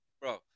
Bro